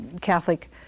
Catholic